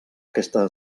aquesta